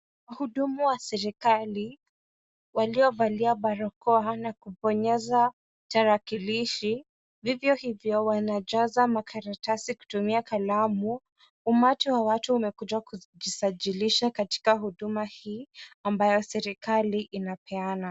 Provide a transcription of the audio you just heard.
Wahudumu wa serikali waliovalia barakoa na kubonyeza tarakilishi vivyo hivyo wanajaza makaratasi kutumia kalamu. Umati wa watu umekuja kujisajilisha katika huduma hii ambayo serikali inapeana.